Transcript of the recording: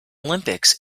olympics